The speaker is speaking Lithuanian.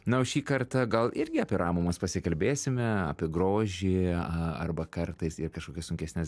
na o šį kartą gal irgi apie ramumas pasikalbėsime apie grožį arba kartais ir kažkokias sunkesnes